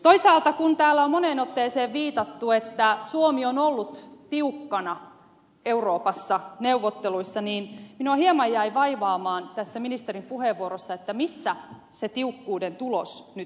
toisaalta kun täällä on moneen otteeseen viitattu että suomi on ollut tiukkana euroopassa neuvotteluissa minua hieman jäi vaivaamaan tässä ministerin puheenvuorossa että missä se tiukkuuden tulos nyt näkyy